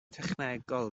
technegol